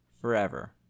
forever